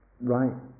right